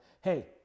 Hey